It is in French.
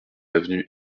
avenue